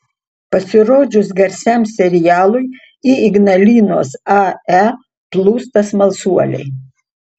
pasirodžius garsiam serialui į ignalinos ae plūsta smalsuoliai